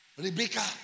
Rebecca